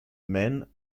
men